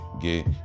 get